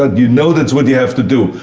ah you know that's what you have to do,